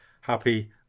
happy